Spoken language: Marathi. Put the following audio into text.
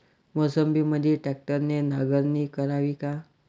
मोसंबीमंदी ट्रॅक्टरने नांगरणी करावी का?